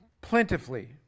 plentifully